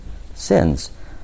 sins